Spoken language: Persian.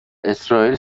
اسرائیل